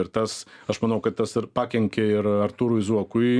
ir tas aš manau kad tas ir pakenkė ir artūrui zuokui